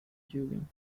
doing